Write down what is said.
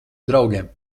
draugiem